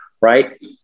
Right